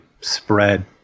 spread